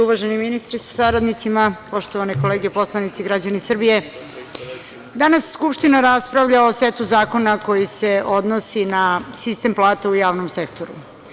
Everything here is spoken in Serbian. Uvaženi ministre sa saradnicima, poštovane kolege poslanici, građani Srbije, danas Skupština raspravlja o setu zakona koji se odnose na sistem plata u javnom sektoru.